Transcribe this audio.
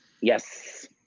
Yes